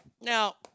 Now